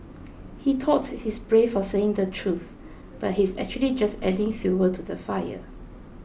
he thought he's brave for saying the truth but he's actually just adding fuel to the fire